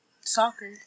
soccer